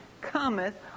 cometh